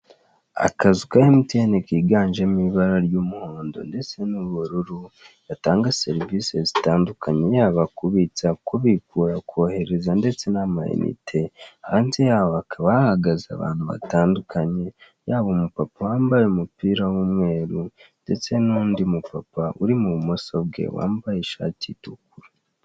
Akazu ka emutiyeni kiganjemo ibara ry'umuhondo ndetse n'ubururu, batanga serivise zitandukanye, yaba kubitsa, kubikuza, kohereza, cyangwa amayinite, hanze yaho hakaba hahagaze abantu batandukanye, yaba umupapa wambaye umupira w'umweru, ndetse n'undi mu papa uri ibumoso bwe wambaye ishati itukura.